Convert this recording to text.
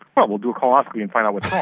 well, we'll do a colonoscopy and find out what's